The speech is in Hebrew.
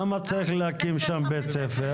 למה צריך להקים שם בית ספר?